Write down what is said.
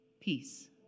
Peace